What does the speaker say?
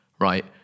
Right